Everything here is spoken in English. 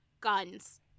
guns